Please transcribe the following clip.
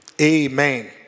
Amen